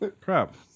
crap